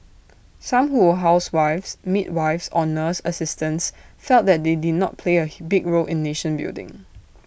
some who were housewives midwives or nurse assistants felt that they did not play A big role in nation building